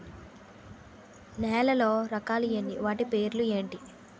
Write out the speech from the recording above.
నేలలో రకాలు ఎన్ని వాటి పేర్లు ఏంటి?